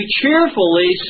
cheerfully